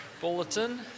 bulletin